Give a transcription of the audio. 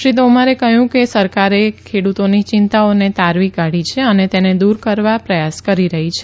શ્રી તોમરે કહયું કે સરકારે ખેડુતોની ચિંતાઓને તારવી કાઢી છે અને તેને દુર કરવા પ્રથાસ કરી રહી છે